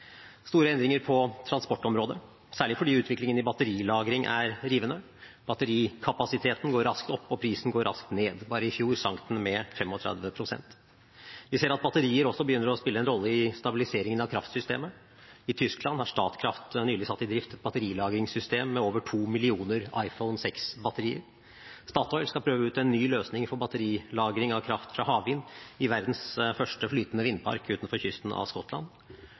Store endringer på transportområdet: Dette er særlig fordi utviklingen i batterilagring er rivende. Batterikapasiteten går raskt opp, og prisen går raskt ned. Bare i fjor sank den med 35 pst. Vi ser at batterier også begynner å spille en rolle i stabiliseringen av kraftsystemet. I Tyskland har Statkraft nylig satt i drift et batterilagringssystem med over to millioner iPhone 6-batterier. Statoil skal prøve ut en ny løsning for batterilagring av kraft fra havvind i verdens første flytende vindpark utenfor kysten av Skottland.